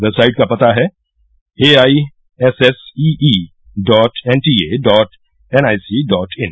website का पता है AISSEE dot NTA dot NIC dot इन